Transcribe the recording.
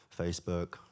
Facebook